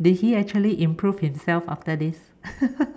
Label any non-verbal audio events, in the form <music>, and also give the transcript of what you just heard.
did he actually improve himself after this <laughs>